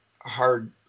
hard